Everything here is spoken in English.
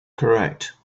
correct